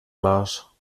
marsch